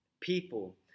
people